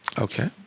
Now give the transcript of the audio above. Okay